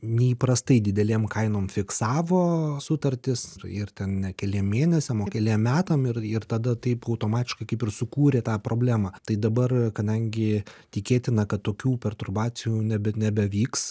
neįprastai didelėm kainom fiksavo sutartis ir ten ne keliem mėnesiam o keliem metam ir ir tada taip automatiškai kaip ir sukūrė tą problemą tai dabar kadangi tikėtina kad tokių perturbacijų nebe nebevyks